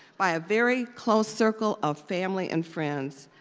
by a very close circle of family and friends,